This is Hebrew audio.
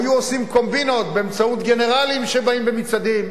היו עושים קומבינות באמצעות גנרלים שבאים במצעדים,